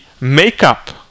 makeup